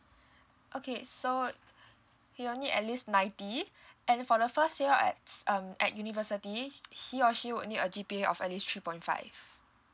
okay so you'll need at least ninety and for the first year at um at university he or she would need a G_P_A of at least three point five